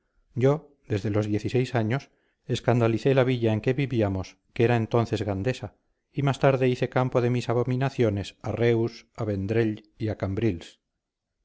yo desde los diez y seis años escandalicé la villa en que vivíamos que era entonces gandesa y más tarde hice campo de mis abominaciones a reus a vendrell y a cambrils